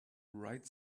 right